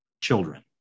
children